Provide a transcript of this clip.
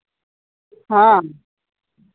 ᱦᱮᱸ